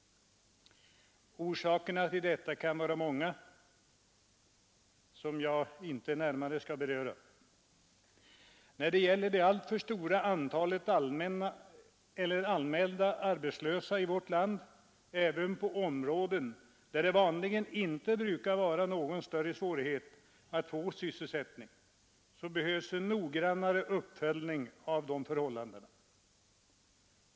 Orsakerna till detta kan vara många, men jag skall inte närmare beröra dem. När det gäller det alltför stora antalet anmälda arbetslösa i vårt land, även på områden där det vanligen inte är någon större svårighet att få sysselsättning, behövs det en noggrannare uppföljning av förhållandena.